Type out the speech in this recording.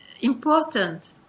important